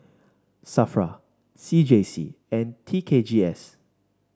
Safra C J C and T K G S